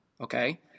Okay